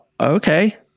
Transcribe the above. okay